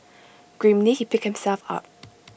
grimly he picked himself up